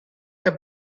the